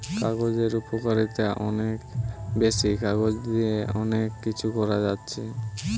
কাগজের উপকারিতা অনেক বেশি, কাগজ দিয়ে অনেক কিছু করা যাচ্ছে